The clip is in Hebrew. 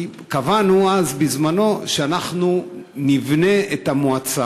כי קבענו בזמננו שאנחנו נבנה את המועצה